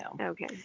okay